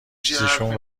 چیزشون